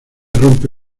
rompe